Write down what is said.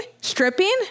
stripping